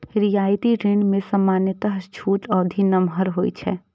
रियायती ऋण मे सामान्यतः छूट अवधि नमहर होइ छै